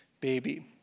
baby